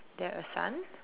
there a sun